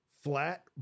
flat